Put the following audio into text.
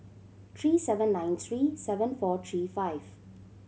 three seven nine three seven four three five